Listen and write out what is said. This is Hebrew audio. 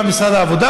בא משרד העבודה